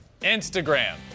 Instagram